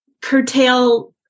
curtail